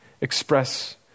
express